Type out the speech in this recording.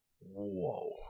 Whoa